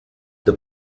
the